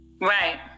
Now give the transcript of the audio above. right